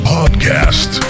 Podcast